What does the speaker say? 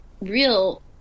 real